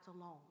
alone